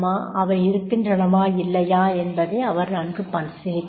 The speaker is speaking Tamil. அவை இருக்கின்றனவா இல்லையா என்பதை அவர் நன்கு பரிசீலிக்க வேண்டும்